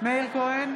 מאיר כהן,